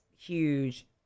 huge